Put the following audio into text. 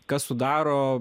kas sudaro